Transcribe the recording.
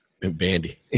Bandy